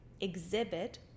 exhibit